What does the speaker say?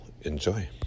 Enjoy